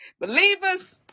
Believers